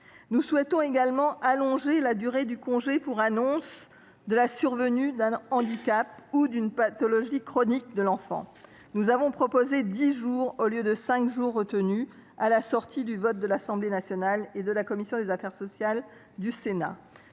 Nous souhaitons également allonger la durée du congé pour annonce de la survenue d’un handicap ou d’une pathologie chronique de l’enfant. Nous avons proposé dix jours au lieu des cinq retenus à l’issue des travaux de l’Assemblée nationale et de notre commission des affaires sociales.